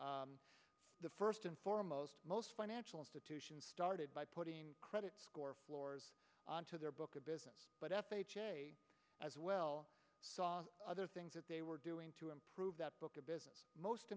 then the first and foremost most financial institutions started by putting credit score floors on to their book of business but f h a as well other things that they were doing to improve that book of business most